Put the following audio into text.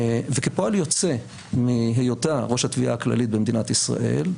וכפועל יוצא מהיותה ראש התביעה הכללית במדינת ישראל,